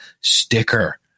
sticker